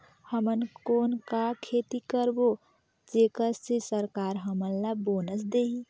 हमन कौन का खेती करबो जेकर से सरकार हमन ला बोनस देही?